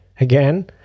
again